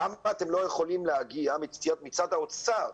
למה אתם לא יכולים להגיע מצד האוצר?